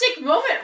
moment